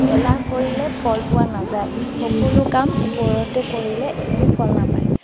এলাহ কৰিলে ফল পোৱা নাযায় সকলো কাম ওপৰতে কৰিলে একো ফল নাপায়